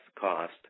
cost